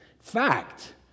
fact